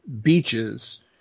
beaches